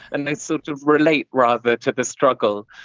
and i sort of relate rather to the struggle.